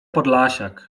podlasiak